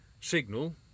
signal